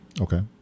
Okay